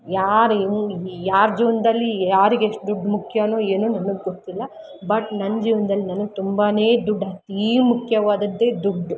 ಯಾರ ಹೆಂಗೆ ಯಾರು ಜೀವ್ನದಲ್ಲಿ ಯಾರಿಗೆ ಎಷ್ಟು ದುಡ್ಡು ಮುಖ್ಯನೋ ಏನೋ ನನ್ಗೆ ಗೊತ್ತಿಲ್ಲ ಬಟ್ ನನ್ನ ಜೀವನದಲ್ಲಿ ನನ್ಗೆ ತುಂಬನೇ ದುಡ್ಡು ಅತಿ ಮುಖ್ಯವಾದದ್ದೇ ದುಡ್ಡು